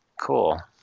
cool